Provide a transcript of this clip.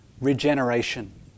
regeneration